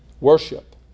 worship